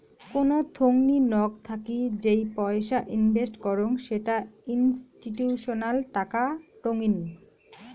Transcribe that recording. কোন থোংনি নক থাকি যেই পয়সা ইনভেস্ট করং সেটা ইনস্টিটিউশনাল টাকা টঙ্নি